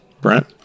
Brent